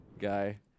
guy